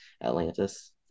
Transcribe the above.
Atlantis